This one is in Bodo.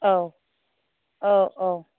औ औ औ